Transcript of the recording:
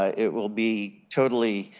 ah it will be totally